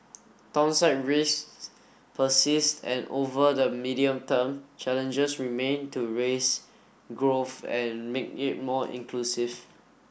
downside risks persist and over the medium term challenges remain to raise growth and make it more inclusive